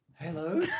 Hello